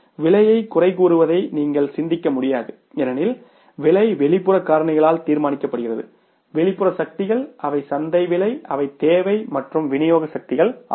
விலையை குறை கூறுவதை நீங்கள் சிந்திக்க முடியாது ஏனெனில் விலை வெளிப்புற காரணிகளால் தீர்மானிக்கப்படுகிறது வெளிப்புற சக்திகள் அவை சந்தை விலை அவை தேவை மற்றும் விநியோக சக்திகள் ஆகும்